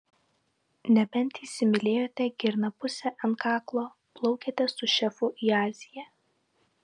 nebent įsimylėjote girnapusę ant kaklo plaukiate su šefu į aziją